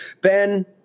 Ben